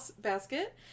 basket